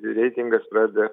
reitingas pradeda